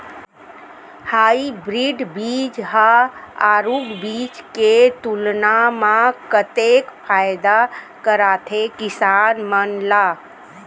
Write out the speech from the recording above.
Hybrid बीज हा आरूग बीज के तुलना मा कतेक फायदा कराथे किसान मन ला?